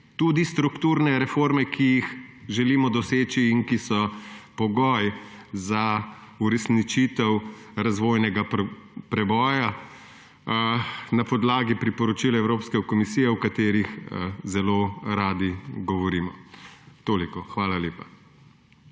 tudi strukturne reforme, ki jih želimo doseči in ki so pogoj za uresničitev razvojnega preboja na podlagi priporočil Evropske komisije, o katerih zelo radi govorimo. Toliko. Hvala lepa.